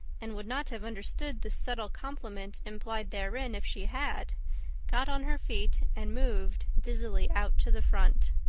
and would not have understood the subtle compliment implied therein if she had got on her feet, and moved dizzily out to the front.